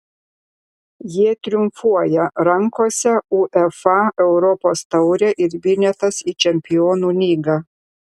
jie triumfuoja rankose uefa europos taurė ir bilietas į čempionų lygą